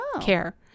care